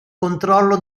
controllo